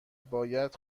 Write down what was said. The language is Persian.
باید